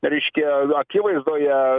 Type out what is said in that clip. reiškia jo akivaizdoje